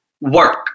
work